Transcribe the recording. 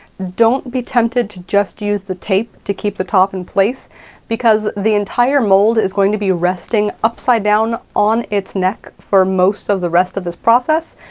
don't be tempted to just use the tape to keep the top in place because the entire mold is going to be resting upside down on its neck for most of the rest of this process,